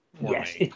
Yes